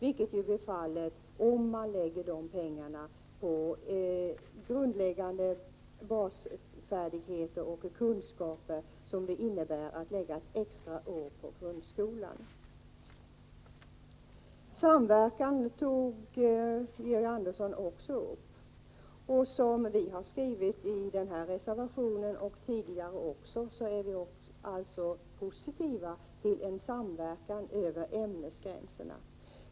Så blir det ju om man lägger de pengarna på ett extra år i grundskolan. Samverkan tog Georg Andersson också upp. Som vi har skrivit i den här reservationen — och även tidigare — är vi positiva till en samverkan över ämnesgränserna.